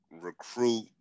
recruit